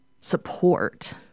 support